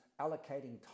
allocating